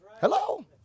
Hello